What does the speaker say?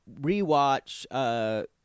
rewatch